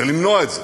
כדי למנוע את זה,